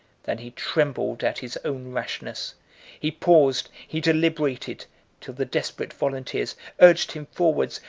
than he trembled at his own rashness he paused, he deliberated till the desperate volunteers urged him forwards,